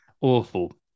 Awful